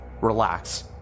Relax